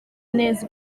neza